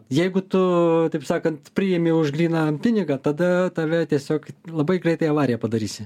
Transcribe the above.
jeigu tu taip sakant priimi už gryną pinigą tada tave tiesiog labai greitai avariją padarysi